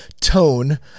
tone